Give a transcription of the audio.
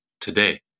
today